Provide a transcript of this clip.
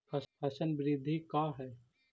फसल वृद्धि का है?